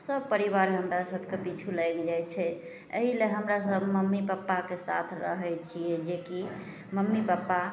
सब परिवारमे हमरासभके पिछु लागि जाइ छै एहिले हमरासभ मम्मी पप्पाके साथ रहै छिए जेकि मम्मी पप्पा